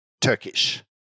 Turkish